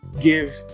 give